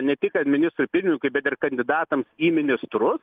ne tik kad ministrui pirmininkui bet ir kandidatams į ministrus